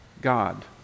God